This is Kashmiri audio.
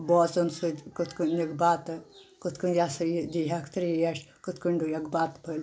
بٲژَن سۭتۍ کِتھ کٔنۍ نِکھ بتہٕ کتھ کٔنۍ یسا یہِ دیِہَکھ ترٛیش کِتھ کٔنۍ ڈُیَکھ بَتہٕ پھٔلۍ